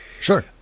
sure